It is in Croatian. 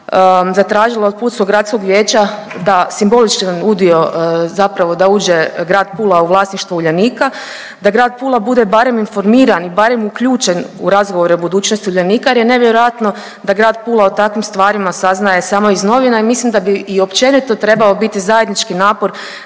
zatražila od pulskog gradskog vijeća da simboličan udio, zapravo da uđe grad Pula u vlasništvo Uljanika, da grad Pula bude barem informiran, barem uključen u razgovore o budućnosti Uljanika jer je nevjerojatno da grad Pula o takvim stvarima saznaje samo iz novina i mislim da bi i općenito trebao biti zajednički napor